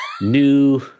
New